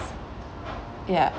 ya